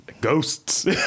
Ghosts